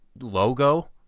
logo